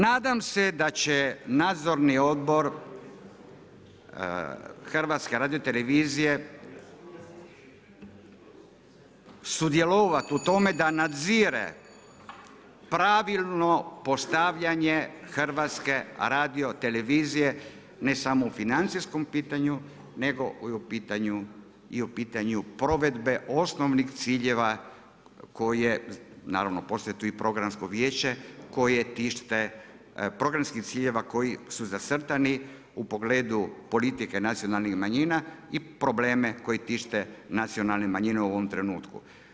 Nadam se da će Nadzorni odbor Hrvatske radiotelevizije sudjelovati u tome da nadzire pravilno postavljanje Hrvatske radiotelevizije, ne samo u financijskom pitanju, nego i u pitanju provedbe osnovnih ciljeva koje naravno postoji tu i Programsko vijeće koje tište, programskih ciljeva koji su zacrtani u pogledu politike nacionalnih manjina i probleme koji tište nacionalne manjine u ovom trenutku.